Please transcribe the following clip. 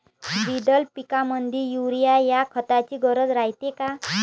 द्विदल पिकामंदी युरीया या खताची गरज रायते का?